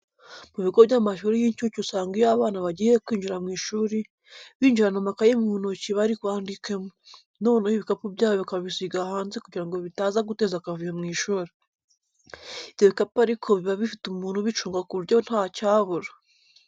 Mu bigo by'amashuri y'inshuke usanga iyo abana bagiye kwinjira mu ishuri, binjirana amakayi mu ntoki bari bwandikemo, noneho ibikapu byabo bakabisiga hanze kugira ngo bitaza guteza akavuyo mu ishuri. Ibyo bikapu ariko biba bifite umuntu ubicunga ku buryo ntacyabura.